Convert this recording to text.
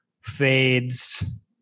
Fade's